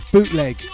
Bootleg